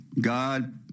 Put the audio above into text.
God